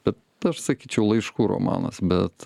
bet aš sakyčiau laiškų romanas bet